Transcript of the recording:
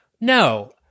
no